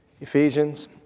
Ephesians